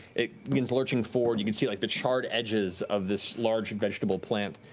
it begins lurching forward. you can see like the charred edges of this large and vegetable plant.